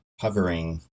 hovering